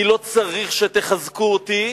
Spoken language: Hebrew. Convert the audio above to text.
אני לא צריך שתחזקו אותי,